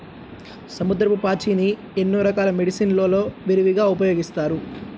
సముద్రపు పాచిని ఎన్నో రకాల మెడిసిన్ లలో విరివిగా ఉపయోగిస్తారు